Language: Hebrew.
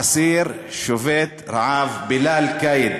האסיר שובת הרעב בילאל קאיד.